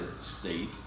state